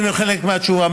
הינה חלק מהתשובה,